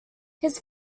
his